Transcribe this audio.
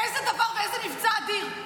איזה דבר ואיזה מבצע אדיר,